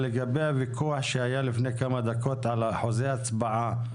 לגבי הוויכוח שהיה לפני כמה דקות על אחוזי ההצבעה,